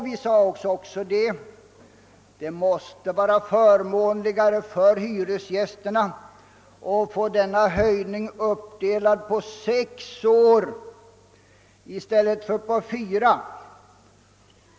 Vi har också sagt att det måste vara förmånligare för hyresgästerna att denna höjning uppdelas på sex år i stället för på fyra.